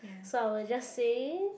so I will just say